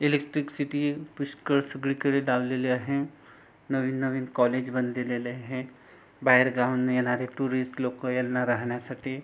electric city पुष्कळ सगळीकडे लावलेले आहे नवीननवीन कॉलेज बांधलेले आहे बाहेर गावाहून येणारे टुरिस्ट लोक यांना राहण्यासाठी